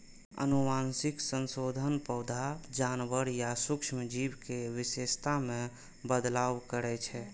आनुवंशिक संशोधन पौधा, जानवर या सूक्ष्म जीव के विशेषता मे बदलाव करै छै